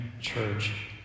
church